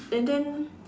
and then